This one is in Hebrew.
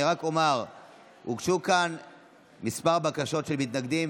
אני רק אומר שהוגשו כמה בקשות של מתנגדים,